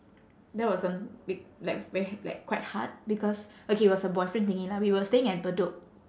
that was on b~ like very like quite hard because okay it was her boyfriend thingy lah we were staying at bedok